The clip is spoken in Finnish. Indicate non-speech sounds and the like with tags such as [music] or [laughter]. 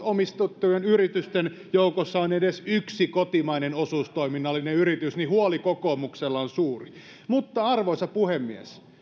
[unintelligible] omistettujen yritysten joukossa on edes yksi kotimainen osuustoiminnallinen yritys niin huoli kokoomuksella on suuri mutta arvoisa puhemies